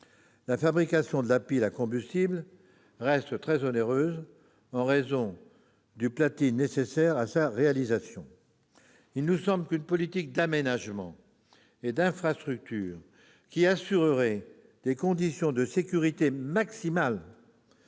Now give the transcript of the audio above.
la fabrication de la pile à combustible reste très onéreuse en raison du platine qu'elle exige. Il nous semble qu'une politique d'aménagement et d'infrastructures, en garantissant des conditions de sécurité maximales,